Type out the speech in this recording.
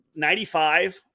95